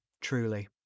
truly